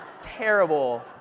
terrible